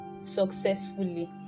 successfully